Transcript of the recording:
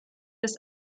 des